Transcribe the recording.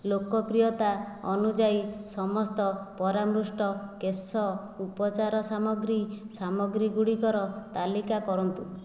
ଲୋକପ୍ରିୟତା ଅନୁଯାୟୀ ସମସ୍ତ ପରାମୃଷ୍ଟ କେଶ ଉପଚାର ସାମଗ୍ରୀ ସାମଗ୍ରୀ ଗୁଡ଼ିକର ତାଲିକା କରନ୍ତୁ